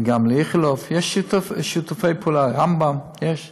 וגם עם איכילוב, רמב"ם, יש.